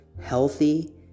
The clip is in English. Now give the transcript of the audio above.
healthy